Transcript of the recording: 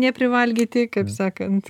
neprivalgyti kaip sakant